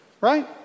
right